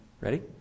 ready